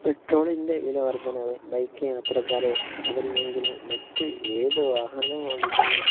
പെട്രോളിൻ്റെ വിലവർദ്ധനവ് ബൈക്ക് യാത്രക്കാരെ അതല്ലെങ്കിൽ മറ്റ് ഏതു വാഹനവും ഓടിക്കുന്ന